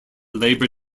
labor